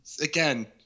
Again